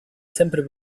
sempre